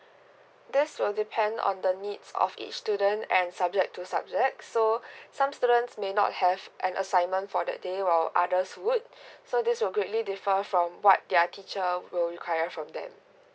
this will depend on the needs of each student and subject to subject so some students may not have an assignment for that day while others would so this will greatly differ from what their teacher will require from them